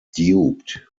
duped